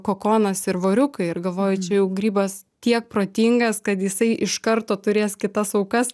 kokonas ir voriukai ir galvoju čia jau grybas tiek protingas kad jisai iš karto turės kitas aukas